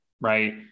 right